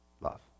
love